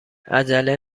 عجله